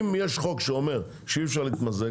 אם יש חוק שאומר שאי אפשר להתמזג,